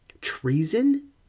Treason